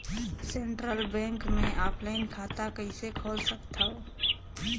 Central bank मे offline खाता कइसे खोल सकथव?